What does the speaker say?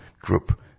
Group